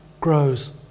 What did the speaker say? grows